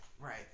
Right